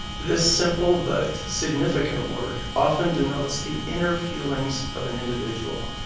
this simple but significant word often denotes the inner feelings of an individual.